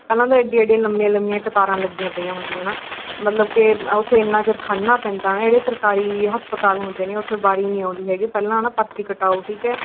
ਪਹਿਲਾਂ ਤਾਂ ਐਡੀਆਂ ਐਡੀਆਂ ਲੰਮੀਆਂ ਲੰਮੀਆਂ ਕਤਾਰਾਂ ਲੱਗੀਆਂ ਪਈਆਂ ਹੁੰਦੀਆਂ ਨਾ ਮਤਲਬ ਕਿ ਉੱਥੇ ਇੰਨਾਂ ਚਿਰ ਖੜ੍ਹਨਾ ਪੈਂਦਾ ਨਾ ਜਿਹੜੇ ਸਰਕਾਰੀ ਹਸਪਤਾਲ ਹੁੰਦੇ ਨੇ ਉੱਥੇ ਵਾਰੀ ਨਹੀਂ ਆਉਂਦੀ ਹੈਗੀ ਪਹਿਲਾਂ ਨਾ ਪਰਚੀ ਕਟਾਓ ਠੀਕ ਹੈ